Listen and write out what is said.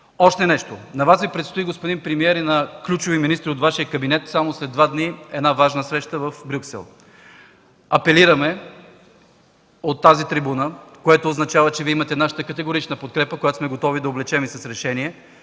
Още нещо. На Вас, господин премиер, и на ключови министри от Вашия кабинет Ви предстои само след два дни една важна среща в Брюксел. Апелираме от тази трибуна, което означава, че Вие имате нашата категорична подкрепа, която сме готови да облечем с решение,